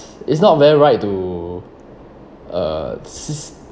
it's not very right to uh